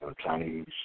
Chinese